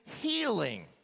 healing